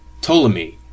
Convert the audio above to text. Ptolemy